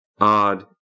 odd